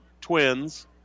twins